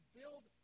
build